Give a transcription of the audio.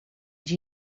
dia